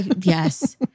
Yes